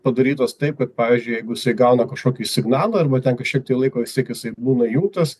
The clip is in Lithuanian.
padarytos taip kad pavyzdžiui jeigu jisai gauna kažkokį signalą arba ten kažkiek tai laiko vis tiek jisai būna įjungtas